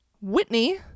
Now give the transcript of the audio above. Whitney